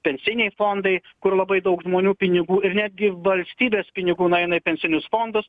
pensiniai fondai kur labai daug žmonių pinigų ir netgi valstybės pinigų nueina į pensinius fondus